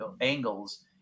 angles